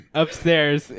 upstairs